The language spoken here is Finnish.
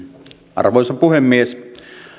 arvoisa puhemies